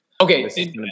Okay